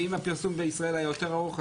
ואם הפרסום בישראל היה יותר ארוך,